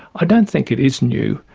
i don't think it is new,